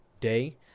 Day